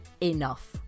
enough